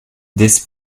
des